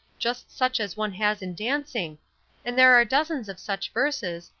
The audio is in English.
just such as one has in dancing and there are dozens of such verses,